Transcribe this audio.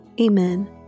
Amen